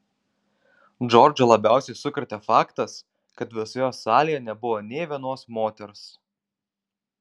džordžą labiausiai sukrėtė faktas kad visoje salėje nebuvo nė vienos moters